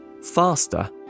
faster